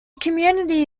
community